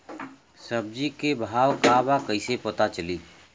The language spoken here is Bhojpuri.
सब्जी के भाव का बा कैसे पता चली?